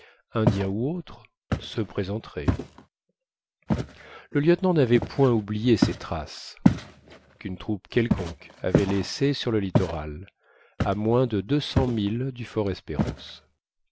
indiens ou autres se présenterait le lieutenant n'avait point oublié ces traces qu'une troupe quelconque avait laissées sur le littoral à moins de deux cents milles du